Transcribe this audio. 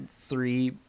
three